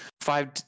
five